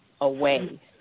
away